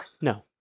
No